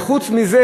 וחוץ מזה,